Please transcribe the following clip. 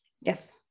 Yes